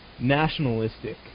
nationalistic